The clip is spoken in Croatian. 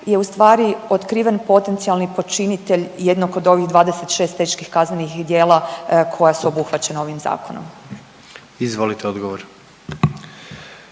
je ustvari otkriven potencijalni počinitelj jednog od ovih 26 teških kaznenih djela koja su obuhvaćena ovim zakonom. **Jandroković,